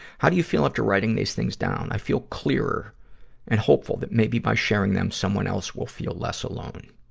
how do you feel after writing these things down? i feel clearer and hopeful that maybe by sharing them, someone else would feel less alone.